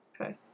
Okay